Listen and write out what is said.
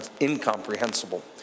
incomprehensible